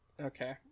Okay